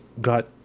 got